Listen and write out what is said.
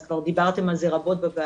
אז כבר דיברתם על זה רבות בוועדה,